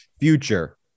future